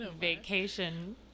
Vacation